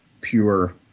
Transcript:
pure